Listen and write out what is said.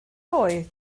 oedd